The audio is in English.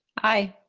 aye.